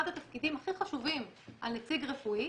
אחד התפקידים הכי חשובים של נציג רפואי